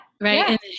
right